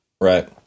Right